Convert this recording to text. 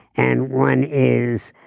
and one is